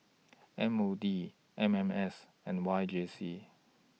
M O D M M S and Y J C